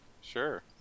sure